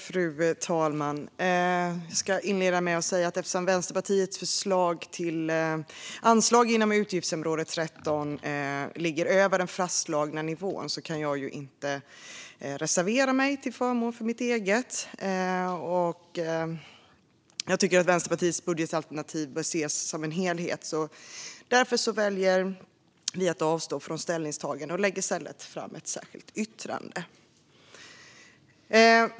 Fru talman! Eftersom Vänsterpartiets förslag till anslag inom utgiftsområde 13 ligger över den fastslagna nivån kan jag inte reservera mig till förmån för detta förslag. Vänsterpartiets budgetalternativ bör ses som en helhet. Därför väljer vi från Vänsterpartiet att avstå från ställningstagande och lägger i stället fram ett särskilt yttrande.